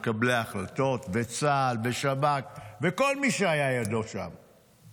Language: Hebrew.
מקבלי ההחלטות וצה"ל ושב"כ וכל מי שידו הייתה שם.